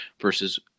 versus